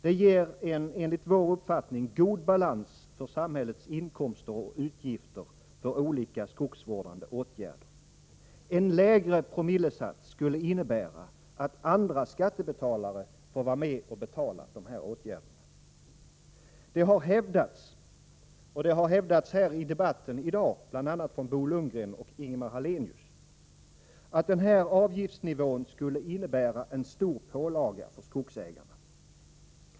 Det ger en, enligt vår uppfattning, god balans för samhällets inkomster och utgifter för olika skogsvårdande åtgärder. En lägre promillesats skulle innebära att andra skattebetalare får vara med och betala dessa åtgärder. Det har hävdats — i debatten här i dag av bl.a. Bo Lundgren och Ingemar Hallenius — att denna avgiftsnivå skulle innebära en stor pålaga för skogsägarna.